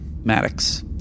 Maddox